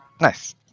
Nice